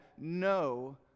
no